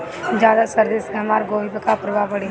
ज्यादा सर्दी से हमार गोभी पे का प्रभाव पड़ी?